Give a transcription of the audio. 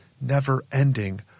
never-ending